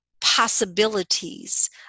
possibilities